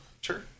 Sure